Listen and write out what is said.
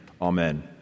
Amen